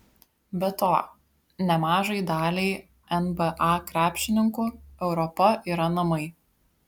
be to nemažai daliai nba krepšininkų europa yra namai